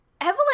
evelyn